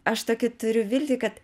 aš tokį turiu viltį kad